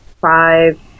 five